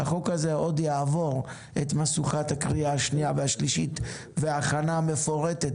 החוק הזה עוד יעבור את משוכת הקריאה השנייה והשלישית וההכנה המפורטת